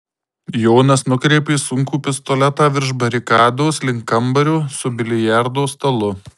jonas nukreipė sunkų pistoletą virš barikados link kambario su biliardo stalu